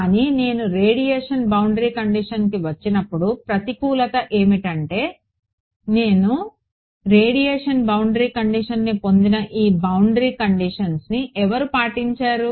కానీ నేను radiation boundary కండిషన్కి వచ్చినప్పుడు ప్రతికూలత ఏమిటంటే నేను రేడియేషన్ బౌండరీ కండిషన్ని పొందిన ఈ బౌండరీ కండిషన్స్ని ఎవరు పాటించారు